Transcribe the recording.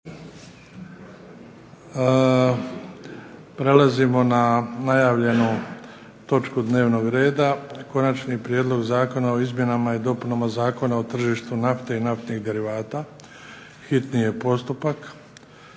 Prelazimo na najavljenu točku dnevnog reda 17. Prijedlog zakona o izmjenama i dopunama Zakona o tržištu nafte i naftnih derivata, s konačnim